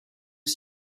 est